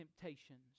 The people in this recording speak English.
temptations